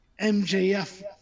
MJF